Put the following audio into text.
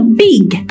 big